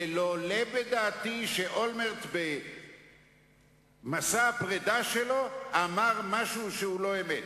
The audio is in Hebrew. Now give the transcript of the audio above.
ולא עולה בדעתי שאולמרט במסע הפרידה שלו אמר משהו שהוא לא אמת.